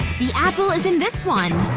the apple is in this one.